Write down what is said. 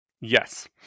yes